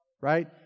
right